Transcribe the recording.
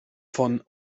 von